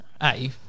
Hey